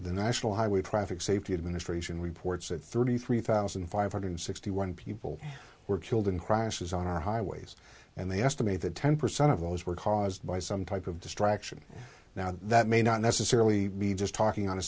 the national highway traffic safety administration reports at thirty three thousand five hundred sixty one people were killed in crashes on our highways and they estimate that ten percent of those were caused by some type of distraction now that may not necessarily be just talking on a